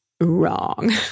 Wrong